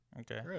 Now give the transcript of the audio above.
Okay